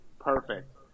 Perfect